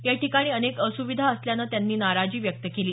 याठिकाणी अनेक असुविधा असल्यानं त्यांनी नाराजी व्यक्त केली